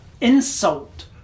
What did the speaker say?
insult